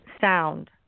sound